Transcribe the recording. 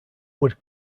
would